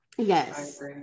Yes